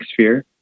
sphere